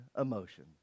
emotion